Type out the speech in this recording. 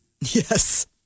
Yes